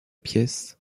pièces